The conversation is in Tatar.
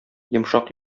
йомшак